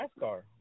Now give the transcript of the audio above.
NASCAR